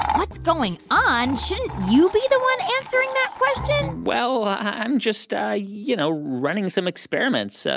what's going on? shouldn't you be the one answering that question? well, i'm just, ah you know, running some experiments. so